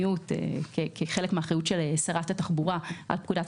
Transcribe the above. המדיניות כחלק מהאחריות של שרת התחבורה על פקודת